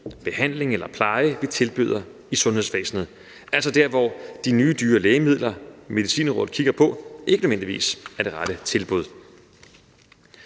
behandling eller pleje, vi tilbyder i sundhedsvæsenet, altså der, hvor de nye dyre lægemidler, Medicinrådet kigger på, ikke nødvendigvis er det rette tilbud.